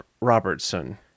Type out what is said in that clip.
Robertson